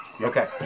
Okay